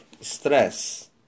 stress